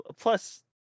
Plus